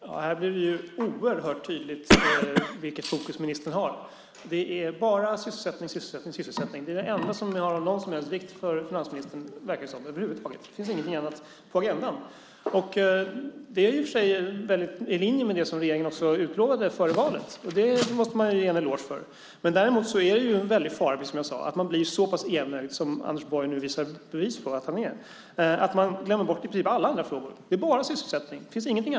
Herr talman! Nu blir det oerhört tydligt vilket fokus ministern har. Det är sysselsättning, sysselsättning och sysselsättning. Det är det enda som är av någon som helt vikt för finansministern, verkar det som. Det finns inget annat på agendan. Det är i och för sig också i linje med det som regeringen utlovade före valet, och det måste man ge en eloge för. Däremot är det en fara i att man blir så enögd som Anders Borg nu bevisar att han är. Han glömmer bort i princip alla andra frågor. Det är bara sysselsättning det gäller.